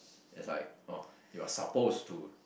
it's like oh you're supposed to